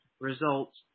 results